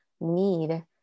need